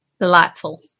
Delightful